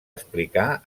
explicar